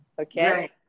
okay